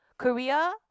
Korea